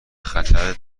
خطر